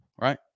right